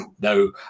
no